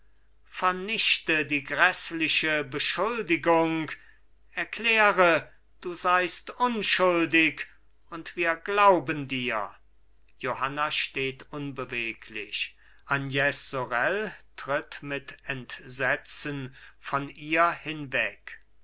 vernichte die gräßliche beschuldigung erkläre du seist unschuldig und wir glauben dir johanna steht unbeweglich agnes sorel tritt mit entsetzen von ihr hinweg